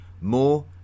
more